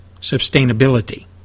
sustainability